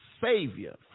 Savior